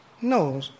No